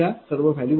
u